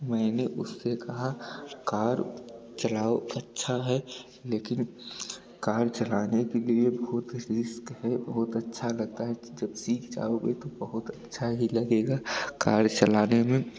मैंने उससे कहा कार चलाओ अच्छा है लेकिन कार चलाने के लिए बहुत रिस्क है बहुत अच्छा लगता है जब सीख जाओगे तो बहुत अच्छा ही लगेगा कार चलाने में